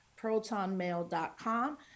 Protonmail.com